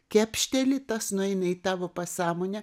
kepšteli tas nueina į tavo pasąmonę